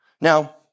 Now